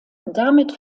damit